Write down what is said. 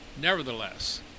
Nevertheless